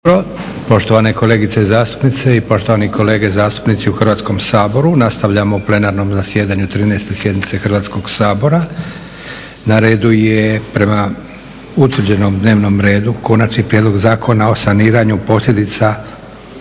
Poštovane kolegice zastupnice i poštovani kolege zastupnici u Hrvatskom saboru, nastavljamo u plenarnom zasjedanju 13.sjednice Hrvatskog sabora. Na redu je prema utvrđenom dnevnom redu: - Konačni prijedlog Zakona o saniranju posljedica